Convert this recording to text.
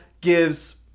gives